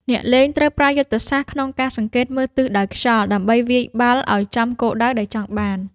អ្នកលេងត្រូវប្រើយុទ្ធសាស្ត្រក្នុងការសង្កេតមើលទិសដៅខ្យល់ ដើម្បីវាយបាល់ឱ្យចំគោលដៅដែលចង់បាន។